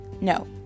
No